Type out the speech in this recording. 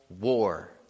war